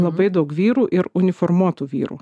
labai daug vyrų ir uniformuotų vyrų